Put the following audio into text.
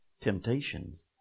temptations